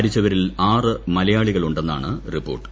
മരിച്ചവരിൽ ആറ് മലയാളികൾ ഉണ്ടെന്നാണ് റിപ്പോർട്ട്